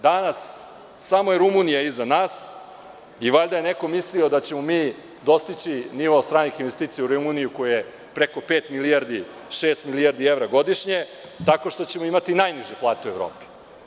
Danas, samo je Rumunija iza nas i valjda je neko mislio da ćemo mi dostići nivo stranih investicija u Rumuniji koja je preko pet milijardi, šest milijardi evra godišnje, tako što ćemo imati najniže plate u Evropi.